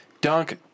dunk